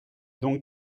donc